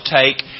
take